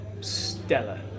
stellar